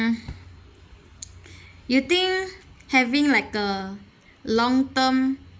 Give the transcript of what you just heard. you think having like a long term